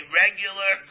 regular